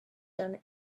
done